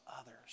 others